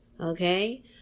okay